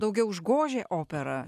daugiau užgožė operą